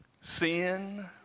sin